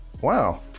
Wow